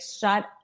shut